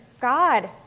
God